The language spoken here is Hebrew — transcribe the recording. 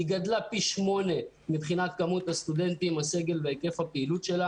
גדלה פי 8 מבחינת כמות הסטודנטים הסגל והיקף הפעילות.